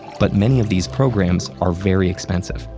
but many of these programs are very expensive,